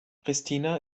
pristina